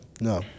no